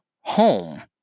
home